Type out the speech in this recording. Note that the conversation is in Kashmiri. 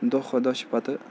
دۄہ کھۄتہٕ دۄہ چھِ پَتہٕ